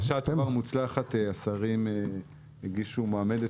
בשעה טובה ומוצלחת השרים הגישו מועמדת